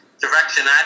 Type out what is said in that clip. direction